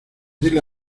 dile